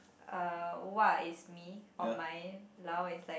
uh wa is me or mine lao is like